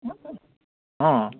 অঁ